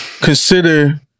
consider